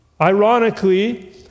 Ironically